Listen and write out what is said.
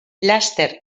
laster